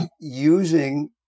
using